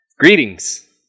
Greetings